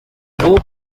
ngo